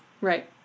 Right